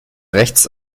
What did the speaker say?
rechts